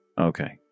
Okay